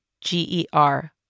G-E-R